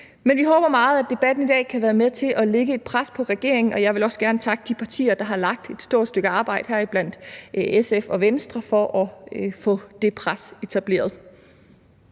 Men vi håber meget, at debatten i dag kan være med til at lægge et pres på regeringen, og jeg vil også gerne takke de partier, heriblandt SF og Venstre, der har lagt et stort stykke arbejde i at få det pres etableret.